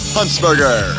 Huntsberger